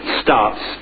starts